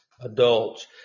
adults